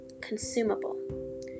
consumable